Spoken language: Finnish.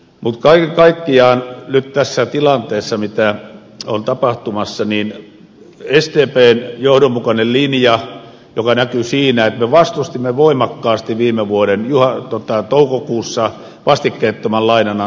mutta kaiken kaikkiaan nyt tässä tilanteessa mitä on tapahtumassa sdpn johdonmukainen linja näkyy siinä että me vastustimme voimakkaasti viime vuoden toukokuussa vastikkeettoman lainan antamista kreikalle